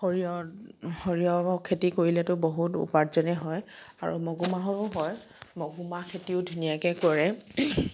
সৰিয়হ সৰিয়হৰ খেতি কৰিলেতো বহুত উপাৰ্জনেই হয় আৰু মগুমাহৰো হয় মগুমাহ খেতিও ধুনীয়াকৈ কৰে